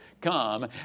come